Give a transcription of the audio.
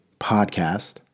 podcast